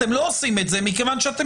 אבל אתם לא עושים את זה גם מכיוון שאתם